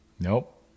Nope